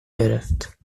گرفت